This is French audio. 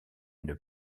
une